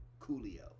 Coolio